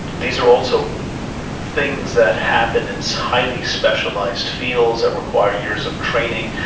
these are also things that happen in so highly specialized fields that requires years of training.